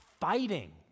Fighting